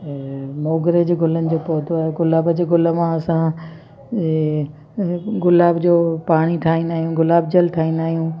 मोगरे जे गुलनि जो पौधो आहे गुलाब जे गुल मां असां इहो गुलाब जो पाणी ठाहींदा आहियूं गुलाब जल ठाहींदा आहियूं